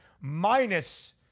minus